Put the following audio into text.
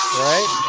right